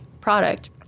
product